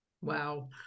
Wow